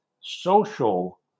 social